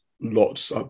lots